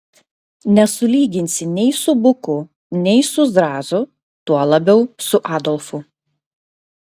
nesulyginsi nei su buku nei su zrazu tuo labiau su adolfu